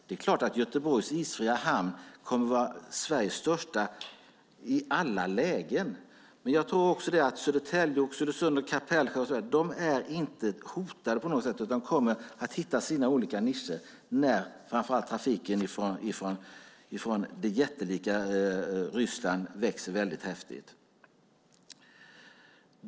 Det är klart att Göteborgs isfria hamn i alla lägen kommer att vara Sveriges största, men jag tror samtidigt inte att Södertälje, Oxelösund, Kapellskär med flera på något sätt är hotade utan kommer att hitta sina nischer när trafiken från framför allt det jättelika Ryssland ökar kraftigt.